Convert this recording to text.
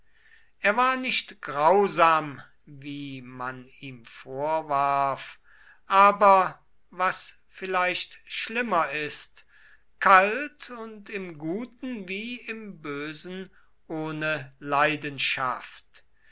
er war nicht grausam wie man ihm vorwarf aber was vielleicht schlimmer ist kalt und im guten wie im bösen ohne leidenschaft